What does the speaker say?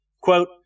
Quote